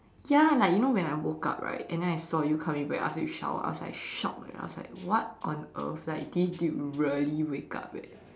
ya like you know when I woke up right and then I saw you coming back after you shower I was like shocked eh I was like what on earth like this dude really wake up eh